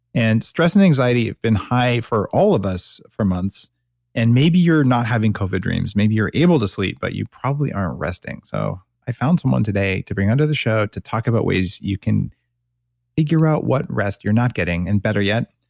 and stress and anxiety have been high for all of us for months and maybe you're not having covid dreams. maybe you're able to sleep but you probably aren't resting. so i found someone today to bring onto the show to talk about ways you can figure out what rest you're not getting and better yet,